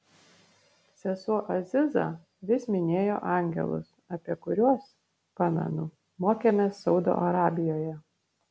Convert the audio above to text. sesuo aziza vis minėjo angelus apie kuriuos pamenu mokėmės saudo arabijoje